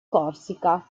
corsica